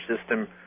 system